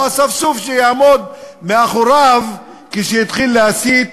או אספסוף שיעמוד מאחוריו כשהתחיל להסית,